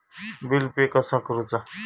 Bill pay कसा करुचा?